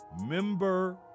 member